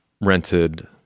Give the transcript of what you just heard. rented